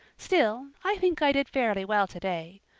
still, i think i did fairly well today.